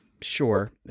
Sure